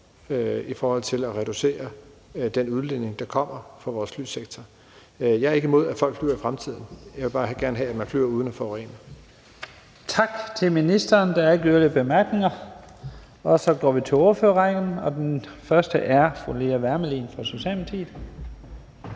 i forhold til at reducere den udledning, der kommer fra vores flysektor. Jeg er ikke imod, at folk flyver i fremtiden; jeg vil bare gerne have, at man flyver uden at forurene. Kl. 12:21 Første næstformand (Leif Lahn Jensen): Tak til ministeren. Der er ikke yderligere korte bemærkninger. Så går vi til ordførerrækken, og den første ordfører er fru Lea Wermelin fra Socialdemokratiet.